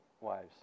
wives